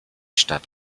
stadt